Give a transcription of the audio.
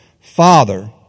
Father